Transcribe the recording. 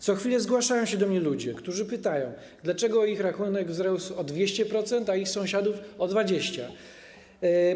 Co chwilę zgłaszają się do mnie ludzie, którzy pytają, dlaczego ich rachunek wzrósł o 200%, a ich sąsiadów o 20%.